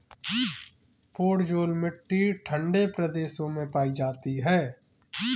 podzol मिट्टी ठंडे प्रदेशों में पाई जाती है